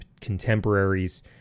contemporaries